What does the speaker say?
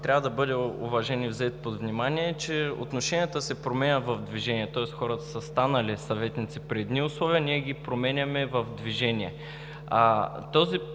трябва да бъде уважен и взет под внимание, е, че отношенията се променят в движение, тоест хората са станали съветници при едни условия, ние ги променяме в движение. Този принцип,